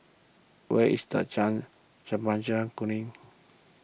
where is Jalan Chempaka Kuning